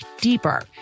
deeper